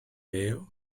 veo